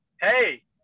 hey